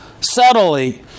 subtly